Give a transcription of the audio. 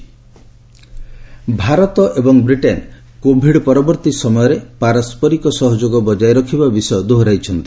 PM conversation Bharat ଏବଂ Britain Covid ପରବର୍ତ୍ତୀ ସମୟରେ ପାରସରିକ ସହଯୋଗ ବକାୟ ରଖିବା ବିଷୟ ଦୋହରାଇଛନ୍ତି